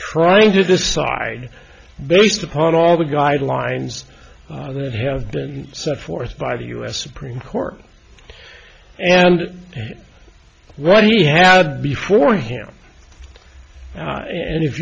trying to decide based upon all the guidelines that have been set forth by the u s supreme court and what he had before him and if